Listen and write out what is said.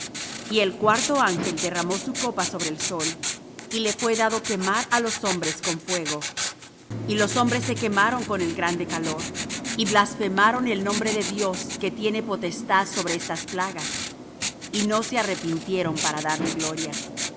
y el cuarto ángel derramó su copa sobre el sol y le fué dado quemar á los hombres con fuego y los hombres se quemaron con el grande calor y blasfemaron el nombre de dios que tiene potestad sobre estas plagas y no se arrepintieron para darle gloria